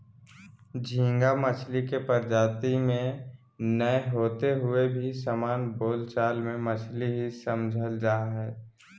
झींगा मछली के प्रजाति नै होते हुए भी सामान्य बोल चाल मे मछली ही समझल जा हई